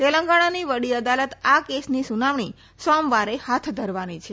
તેલંગણાની વડી અદાલત આ કેસની સુનાવણી સોમવારે હાથ ધરવાની છે